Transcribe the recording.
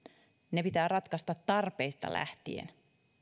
ne pitää ratkaista tarpeista lähtien